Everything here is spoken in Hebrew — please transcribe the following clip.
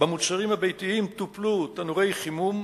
במוצרים הביתיים טופלו תנורי חימום,